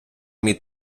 мій